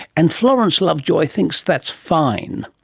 and florence lovejoy thinks that's fine.